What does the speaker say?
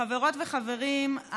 חברות וחברים,